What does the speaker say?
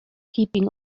keeping